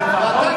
אז לפחות,